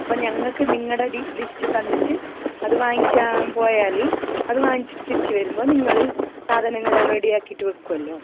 അപ്പം ഞങ്ങൾക്ക് നിങ്ങളുടെ ഡി ലിസ്റ്റ് തന്നിട്ട് അത് വാങ്ങിക്കാൻ പോയാൽ അത് വാങ്ങിച്ചിട്ട് തിരിച്ച് വരുമ്പോൾ നിങ്ങൾ സാധനങ്ങൾ എൽ റെഡി ആക്കിയിട്ട് വയ്ക്കുമല്ലോ